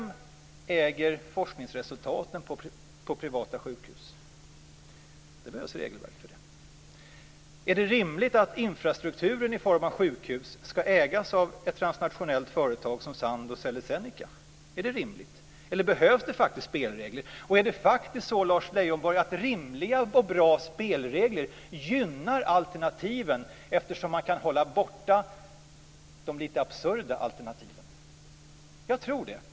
Vem äger forskningsresultaten på privata sjukhus? Det behövs regelverk för det. Är det rimligt att infrastruktur i form av sjukhus ska ägas av ett transnationellt företag, t.ex. Sandoz eller Zeneca, eller behövs det faktiskt spelregler? Och är det faktiskt så, Lars Leijonborg, att rimliga och bra spelregler gynnar alternativen eftersom man kan hålla borta de lite absurda alternativen? Jag tror det.